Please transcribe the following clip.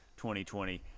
2020